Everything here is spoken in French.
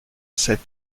sept